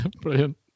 Brilliant